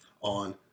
on